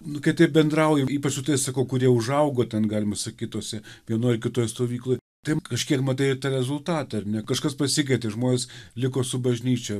nu kai taip bendrauji ypač tais sakau kurie užaugo ten galima sakyt tose vienoj ar kitoj stovykloj tai kažkiek matai tą rezultatą ar ne kažkas pasikeitė žmonės liko su bažnyčia